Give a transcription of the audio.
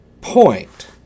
Point